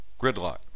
gridlock